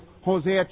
Hosea